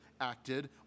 acted